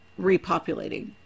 repopulating